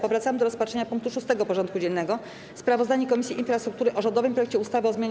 Powracamy do rozpatrzenia punktu 6. porządku dziennego: Sprawozdanie Komisji Infrastruktury o rządowym projekcie ustawy o zmianie